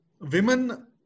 women